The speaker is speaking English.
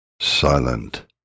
Silent